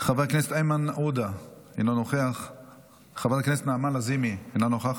חבר הכנסת איימן עודה, אינו נוכח,